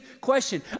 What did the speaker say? question